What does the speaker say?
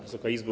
Wysoka Izbo!